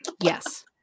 Yes